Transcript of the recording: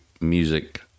music